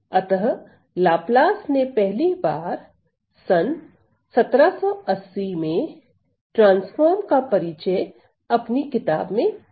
अतः लाप्लास ने पहली बार सन् 1780 ट्रांसफार्म का परिचय अपनी किताब में दिया